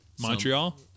Montreal